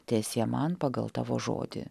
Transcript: teesie man pagal tavo žodį